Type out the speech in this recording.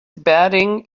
batting